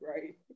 right